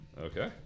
Okay